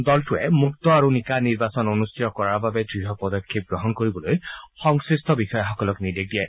দলটোৱে মুক্ত আৰু নিকা নিৰ্বাচন অনুষ্ঠিত কৰাৰ বাবে দৃঢ় পদক্ষেপ গ্ৰহণ কৰিবলৈ সংশ্লিষ্ট বিষয়াসকলক নিৰ্দেশ দিয়ে